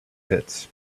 pits